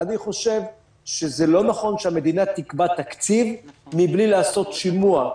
אני חושב שזה לא נכון שהמדינה תקבע תקציב מבלי לעשות שימוע,